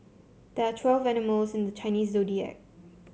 there are twelve animals in the Chinese Zodiac